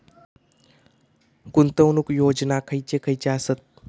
गुंतवणूक योजना खयचे खयचे आसत?